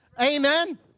Amen